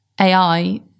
AI